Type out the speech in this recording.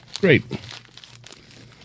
Great